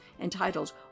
entitled